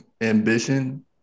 ambition